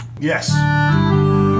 Yes